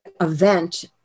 event